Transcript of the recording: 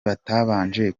batabanje